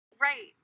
Right